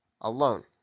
alone